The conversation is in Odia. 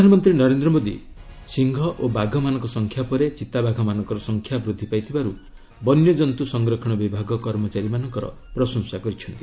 ପ୍ରଧାନମନ୍ତ୍ରୀ ନରେନ୍ଦ୍ର ମୋଦି ସିଂହ ଓ ବାଘ ମାନଙ୍କ ସଂଖ୍ୟାପରେ' ଚିତାବାଘ ମାନଙ୍କର ସଂଖ୍ୟା ବୃଦ୍ଧି ପାଇଥିବାରୁ ବନ୍ୟଜନ୍ତୁ ସଂରକ୍ଷଣ ବିଭାଗ କର୍ମଚାରୀମାନଙ୍କର ପ୍ରଶଂସା କରିଛନ୍ତି